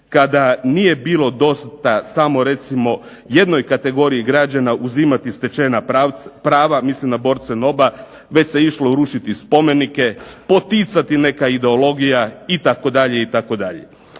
kada nije bilo dosta samo recimo jednoj kategoriji građana uzimati stečena prava, mislim na borce NOB-a, već se išlo rušiti spomenike, poticati neka ideologija itd. Ako